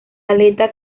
aleta